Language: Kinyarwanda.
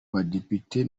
badepite